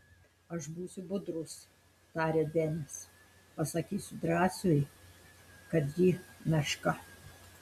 aš būsiu budrus tarė denis pasakysiu drąsiui kad ji meška